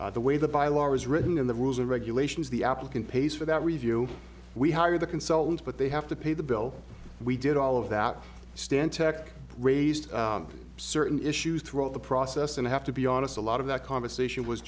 review the way the by law is written in the rules or regulations the applicant pays for that review we hire the consultants but they have to pay the bill we did all of that stan tech raised certain issues throughout the process and have to be honest a lot of that conversation was